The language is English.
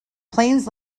planes